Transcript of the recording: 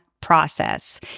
process